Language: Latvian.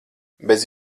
bez